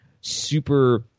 super